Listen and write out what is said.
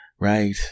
right